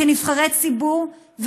כנבחרי ציבור,